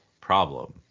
problem